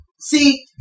See